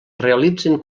realitzen